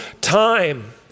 time